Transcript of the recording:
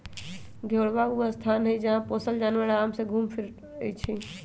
घेरहबा ऊ स्थान हई जहा पोशल जानवर अराम से घुम फिरइ छइ